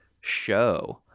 show